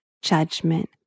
judgment